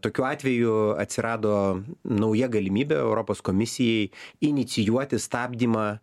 tokiu atveju atsirado nauja galimybė europos komisijai inicijuoti stabdymą